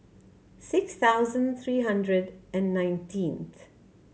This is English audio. six thousand three hundred and nineteenth